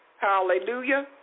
Hallelujah